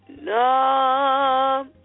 No